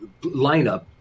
lineup